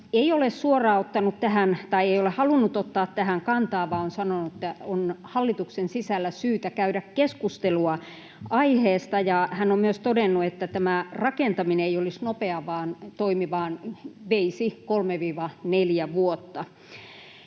ei ole halunnut ottaa tähän kantaa vaan sanonut, että on hallituksen sisällä syytä käydä keskustelua aiheesta, ja hän on myös todennut, että tämä rakentaminen ei olisi nopea toimi vaan veisi